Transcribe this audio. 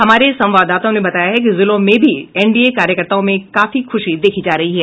हमारे संवाददाताओं ने बताया है कि जिलों में भी एनडीए कार्यकर्ताओं में काफी खुशी देखी जा रही है